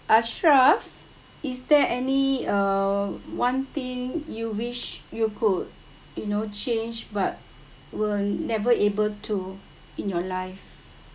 ashraff is there any uh one thing you wish you could you know change but will never able to in your life